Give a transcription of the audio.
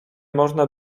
można